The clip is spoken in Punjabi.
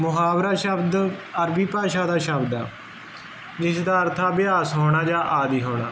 ਮੁਹਾਵਰਾ ਸ਼ਬਦ ਅਰਬੀ ਭਾਸ਼ਾ ਦਾ ਸ਼ਬਦ ਜਿਸ ਦਾ ਅਰਥ ਅਭਿਆਸ ਹੋਣਾ ਜਾਂ ਆਦੀ ਹੋਣਾ